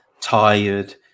tired